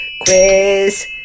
quiz